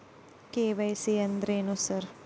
KYC ಅಂದ್ರೇನು sir?